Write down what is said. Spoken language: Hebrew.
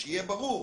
שיהיה ברור,